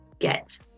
get